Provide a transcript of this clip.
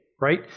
right